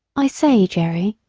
i say, jerry,